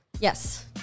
Yes